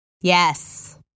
yes